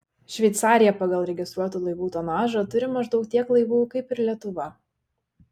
šveicarija pagal registruotų laivų tonažą turi maždaug tiek laivų kaip ir lietuva